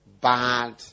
bad